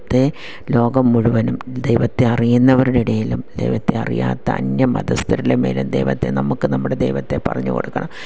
ത്തേ ലോകം മുഴുവനും ദൈവത്തെ അറിയുന്നവരുടെ ഇടയിലും ദൈവത്തെ അറിയാത്ത അന്യ മതസ്ഥരിലും ദൈവത്തെ നമുക്ക് നമ്മുടെ ദൈവത്തെ പറഞ്ഞു കൊടുക്കണം